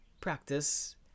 practice